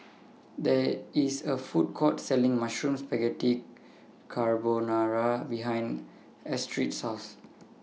There IS A Food Court Selling Mushroom Spaghetti Carbonara behind Astrid's House